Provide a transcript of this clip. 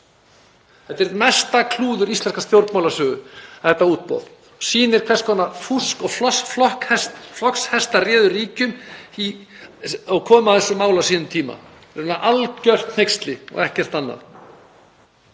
Þetta er mesta klúður íslenskrar stjórnmálasögu. Þetta útboð sýnir hvers konar fúsk og flokkshestar réðu ríkjum og komu að þessu máli á sínum tíma. Þetta er algjört hneyksli og ekkert annað.